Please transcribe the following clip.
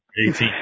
18